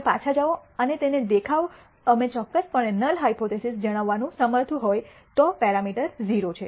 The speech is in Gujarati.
તમે પાછા જાઓ અને તેને દેખાવ અમે ચોક્કસપણે નલ હાયપોથીસિસ જણાવવાનું સમર્થ હોય તો પેરામીટર 0 છે